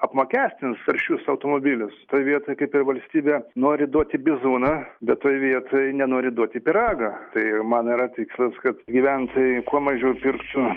apmokestins taršius automobilius toj vietoj kaip ir valstybė nori duoti bizūną bet toj vietoj nenori duoti pyragą tai man yra tikslas kad gyventojai kuo mažiau pirktų